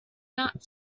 not